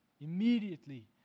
immediately